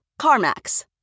CarMax